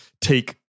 take